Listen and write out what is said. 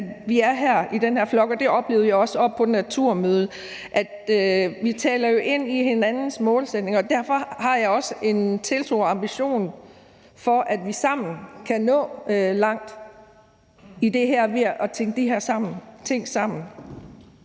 at vi er her i den her flok. Det oplevede jeg også oppe på Naturmødet, altså at vi jo taler ind i hinandens målsætninger her. Derfor har jeg også en tiltro til og en ambition om, at vi sammen kan nå langt i det her ved at tænke de her ting sammen.